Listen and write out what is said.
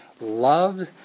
loved